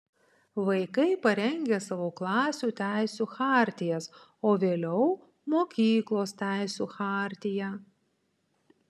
vaikai parengia savo klasių teisių chartijas o vėliau mokyklos teisių chartiją